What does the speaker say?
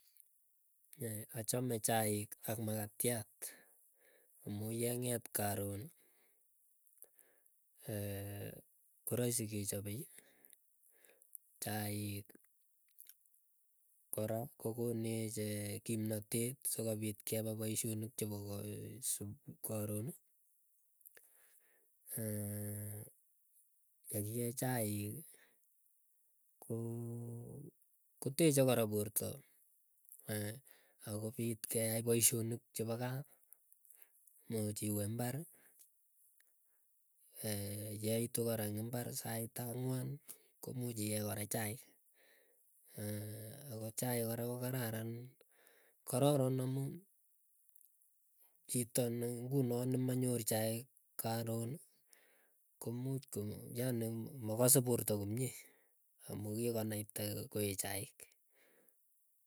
Achame chaik ak makatiat yeng'et karon ee, koroisi kechapei chaik, kora kokonech kimnotet sogopit kepa poisyonik chepo supui korooni. yekie chaiki koo koteche kora porta akopit keai poisyonik chepo kaa muuch imbarri. Yeitu kora ing imbarr sait ang'wany komuuch iyee kora chaik ako chaik, kora kokararan kororon amuu. Chito ne nguno nemanyor chaik karon komuuch ko yaani makose porta komie amuu kikonaita koe chaik.